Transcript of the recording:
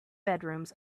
bedrooms